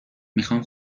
میخوام